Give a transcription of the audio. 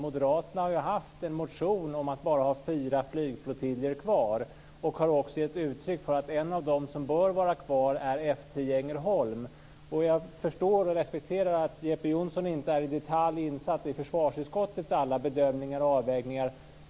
Moderaterna har ju haft en motion om att bara ha fyra flygflottiljer kvar. Man har också gett uttryck för att en av dem som bör vara kvar är F 10 i Ängelholm. Jag förstår och respekterar att Jeppe Johnsson inte i detalj är insatt försvarsutskottets alla bedömningar och avvägningar.